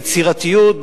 ביצירתיות,